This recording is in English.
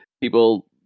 people